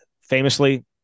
famously